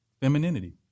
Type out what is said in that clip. femininity